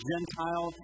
Gentile